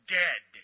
dead